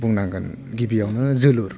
बुंनांगोन गिबियावनो जोलुर